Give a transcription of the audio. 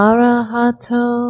Arahato